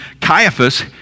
Caiaphas